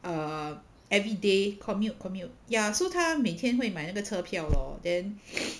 err everyday commute commute ya so 他每天会买那个车票 lor then